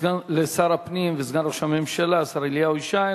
תודה לשר הפנים וסגן ראש הממשלה, השר אליהו ישי.